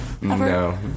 No